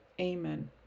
amen